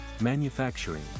Manufacturing